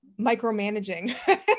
micromanaging